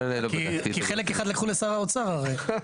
כי חלק אחד לקחו לשר האוצר, הרי.